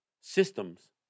systems